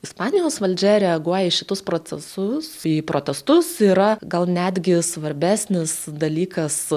ispanijos valdžia reaguoja į šituos procesus į protestus yra gal netgi svarbesnis dalykas